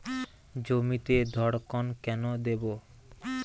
জমিতে ধড়কন কেন দেবো?